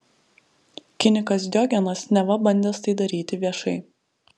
kinikas diogenas neva bandęs tai daryti viešai